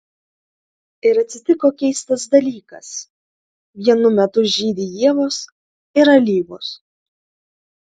ir atsitiko keistas dalykas vienu metu žydi ievos ir alyvos